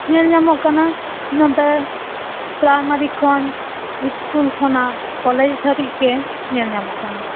ᱧᱮᱞ ᱧᱟᱢᱚᱜ ᱠᱟᱱᱟ ᱱᱚᱛᱮ ᱯᱨᱟᱭᱢᱟᱨᱤ ᱠᱷᱚᱱ ᱤᱥᱠᱩᱞ ᱠᱷᱚᱱᱟᱜ ᱠᱚᱞᱮᱡᱽ ᱫᱷᱟ ᱫᱷᱤᱡ ᱜᱮ ᱧᱮᱞ ᱧᱟᱢᱚᱜ ᱠᱟᱱᱟ